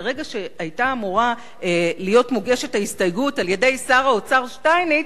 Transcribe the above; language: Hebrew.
ברגע שהיתה אמורה להיות מוגשת ההסתייגות על-ידי שר האוצר שטייניץ,